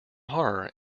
horror